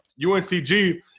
UNCG